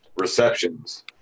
receptions